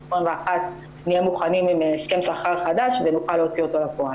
2021 נהיה מוכנים עם הסכם שכר חדש ונוכל להוציא אותו לפועל.